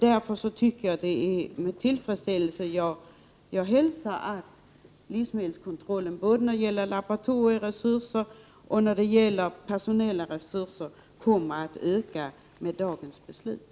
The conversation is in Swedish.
Därför hälsar jag med tillfredsställelse att livsmedelskontrollen kommer att få såväl ökade laboratorieresurser som personella resurser genom dagens beslut.